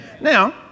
Now